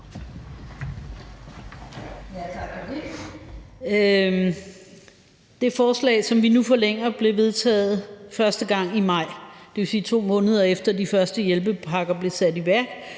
den lov, som vi nu forlænger, blev vedtaget første gang i maj, dvs. 2 måneder efter at af de første hjælpepakker blev sat i værk,